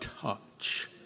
touch